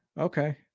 Okay